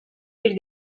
bir